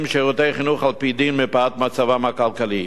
משירותי חינוך על-פי דין מפאת מצבם הכלכלי.